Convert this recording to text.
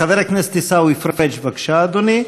חבר הכנסת עיסאווי פריג' בבקשה, אדוני.